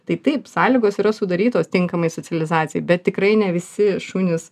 tai taip sąlygos yra sudarytos tinkamai socializacijai bet tikrai ne visi šunys